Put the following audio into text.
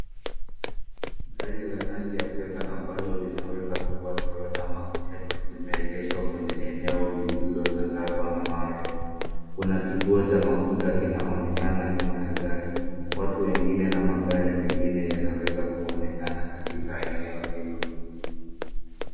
Gari la rangi ya fedha ambalo linaweza kuwa cs[toyota mark x]cs limeegeshwa kwenye eneo lililotandazwa na mawe. Kuna kituo cha mafuta kinaonekana nyuma ya gari. Watu wengine na magari mengine yanaweza kuonekana katika eneo hilo.